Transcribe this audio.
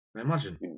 imagine